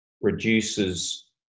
reduces